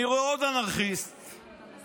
אני רואה עוד אנרכיסט כותב.